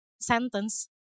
sentence